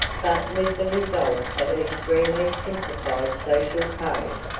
but was the result of an extremely simplified social code.